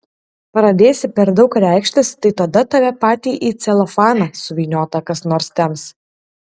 pradėsi per daug reikštis tai tada tave patį į celofaną suvyniotą kas nors temps